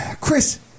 Chris